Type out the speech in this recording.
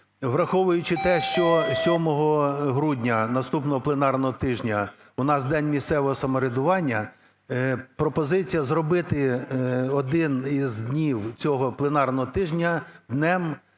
враховуючи те, що 7 грудня, наступного пленарного тижня, у нас День місцевого самоврядування, пропозиція: зробити один із днів цього пленарного тижня Днем